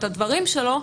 את הדברים שלו,